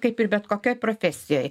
kaip ir bet kokioj profesijoj